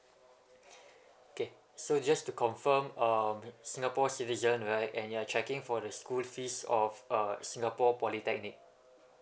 okay so just to confirm um singapore citizen right and you're checking for the school fees of uh singapore polytechnic